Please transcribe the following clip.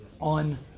on